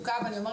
ואני משקיע